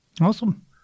Awesome